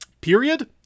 period